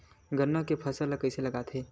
गन्ना के फसल ल कइसे लगाथे?